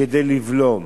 כדי לבלום.